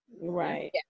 right